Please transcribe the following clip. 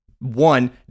One